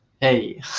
hey